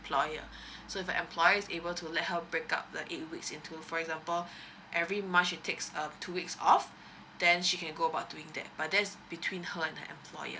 so if her employer is able to let her break up the eight weeks into for example every month she takes um two weeks off then she can go about doing that but that's between her and her employer